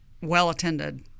well-attended